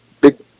big